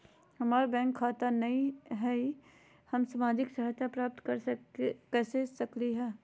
हमार बैंक खाता नई हई, हम सामाजिक सहायता प्राप्त कैसे के सकली हई?